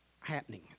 happening